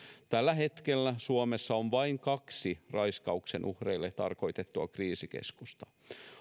tällä hetkellä suomessa on vain kaksi raiskauksen uhreille tarkoitettua kriisikeskusta